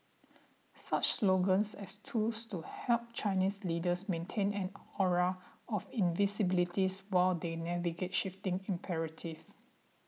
such slogans as tools to help Chinese leaders maintain an aura of invincibilities while they navigate shifting imperative